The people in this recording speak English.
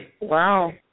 Wow